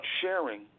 sharing